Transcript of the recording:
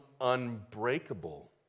unbreakable